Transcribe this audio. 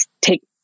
take